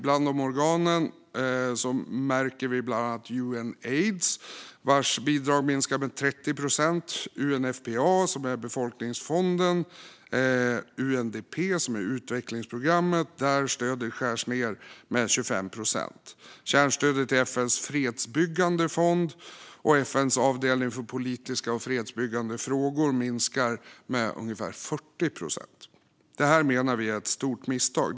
Bland dessa organ märks bland annat Unaids, vars bidrag minskas med 30 procent, och befolkningsfonden UNFPA och utvecklingsprogrammet UNDP, vars stöd skärs ned med 25 procent. Kärnstödet till FN:s fredsbyggande fond och FN:s avdelning för politiska och fredsbyggande frågor minskar med ungefär 40 procent. Det här menar vi är ett stort misstag.